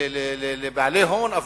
לבעלי הון,